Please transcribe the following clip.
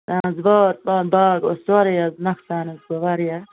اَہَن حظ باغ باغ باغ اوس واریاہَس نۄقصان حظ گوٚو واریاہ